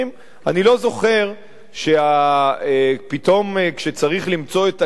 אני לא זוכר שפתאום כשצריך למצוא את הכסף